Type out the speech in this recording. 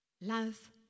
Love